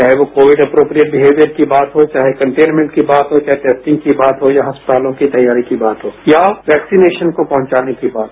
चाहे वो Covid appropriate behaviour की बात हो चाहे कंटेनमेंट की बात हो चाहे टैस्टिंग की बात हो या अस्पतालों की तैयारी की बात हो या वैक्सीनेशन को पहुंचाने की बात हो